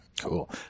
Cool